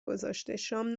گذاشته، شام